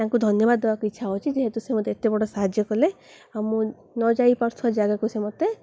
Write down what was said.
ତାଙ୍କୁ ଧନ୍ୟବାଦ ଦେବାକୁ ଇଚ୍ଛା ଅଛି ଯେହେତୁ ସେ ମୋତେ ଏତେ ବଡ଼ ସାହାଯ୍ୟ କଲେ ଆଉ ମୁଁ ନ ଯାଇ ପାରୁଥିବା ଜାଗାକୁ ସେ ମୋତେ